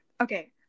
okay